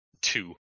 Two